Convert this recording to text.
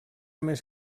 més